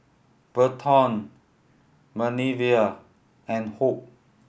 Berton Manervia and Hope